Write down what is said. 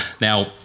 Now